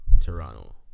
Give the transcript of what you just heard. Toronto